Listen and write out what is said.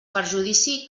perjudici